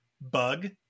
bug